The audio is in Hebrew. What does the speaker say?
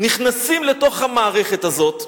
נכנסים לתוך המערכת הזאת,